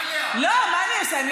לא, אבל אנגליה, אנגליה.